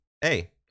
hey